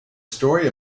story